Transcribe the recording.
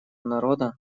народа